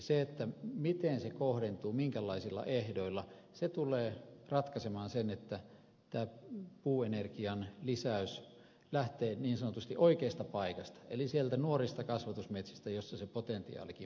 se miten se kohdentuu minkälaisilla ehdoilla tulee ratkaisemaan sen että tämä puuenergian lisäys lähtee niin sanotusti oikeasta paikasta eli sieltä nuorista kasvatusmetsistä joissa se potentiaalikin lepää